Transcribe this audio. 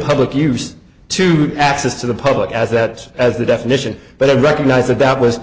public use to access to the public as that as the definition but i recognize that that was